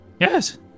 yes